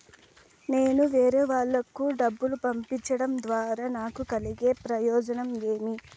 నేను వేరేవాళ్లకు డబ్బులు పంపించడం ద్వారా నాకు కలిగే ప్రయోజనం ఏమి?